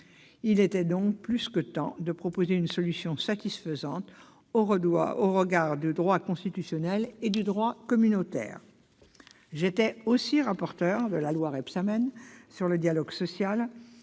Il était donc plus que temps de proposer une solution satisfaisante au regard du droit constitutionnel et du droit communautaire. J'ai aussi été rapporteur de la loi relative au dialogue social